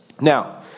Now